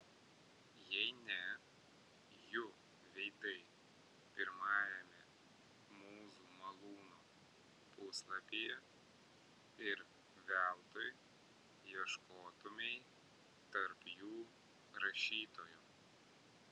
jei ne jų veidai pirmajame mūzų malūno puslapyje ir veltui ieškotumei tarp jų rašytojo